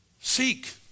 Seek